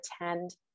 attend